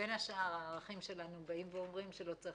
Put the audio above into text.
ובין השאר הערכים שלנו אומרים שלא צריך